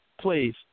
please